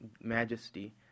majesty